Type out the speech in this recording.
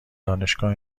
دانشگاه